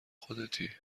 خودتی